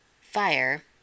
Fire